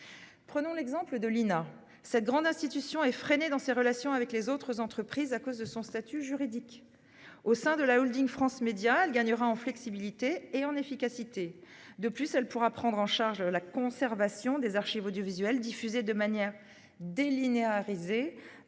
Prenons l'exemple de l'INA. Cette grande institution est freinée dans ses relations avec les autres entreprises à cause de son statut juridique. Au sein de la holding France Médias, elle gagnera en flexibilité et en efficacité. De plus, elle pourra prendre en charge la conservation des archives audiovisuelles diffusées de manière délinéarisée